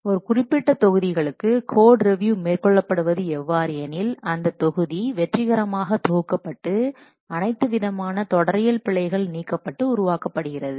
ஒரு குறிப்பிட்ட தொகுதிகளுக்கு கோட்ரிவியூ மேற்கொள்ளப்படுவது எவ்வாறெனில் அந்தத் தொகுதி வெற்றிகரமாக தொகுக்கப்பட்டு அனைத்து விதமான தொடரியல் பிழைகள் நீக்கப்பட்டு உருவாக்கப்படுகிறது